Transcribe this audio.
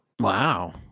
Wow